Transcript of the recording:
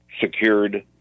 secured